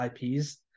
IPs